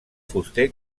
fuster